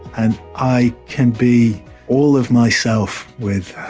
and i can be all of myself with